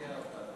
יפתיע אותנו.